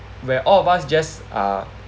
where all of us just uh